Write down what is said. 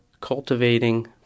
cultivating